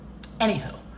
Anywho